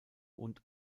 und